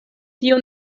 tio